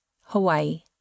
Hawaii